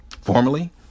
formerly